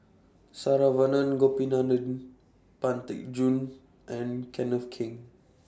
Saravanan Gopinathan Pang Teck Joon and Kenneth Keng